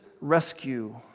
rescue